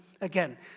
Again